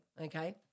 okay